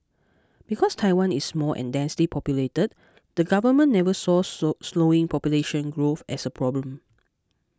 because Taiwan is small and densely populated the government never saw slowing population growth as a problem